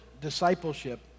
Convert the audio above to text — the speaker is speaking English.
discipleship